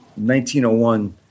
1901